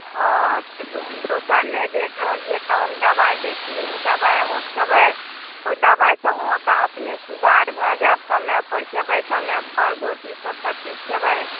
हॅं तऽ दोसर नहि भेट रहल यऽ तहन दवाइ दै छी ओ दवाइ अहाँ खेबै ओ दवाइ से अहाँके अपने सुधार भय जायत समय पर खेबै समय पर सभ गोटी सभ खेबै